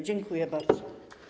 Dziękuję bardzo.